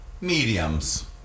mediums